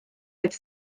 oedd